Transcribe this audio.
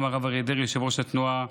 שיזם הרב אריה דרעי, יושב-ראש התנועה,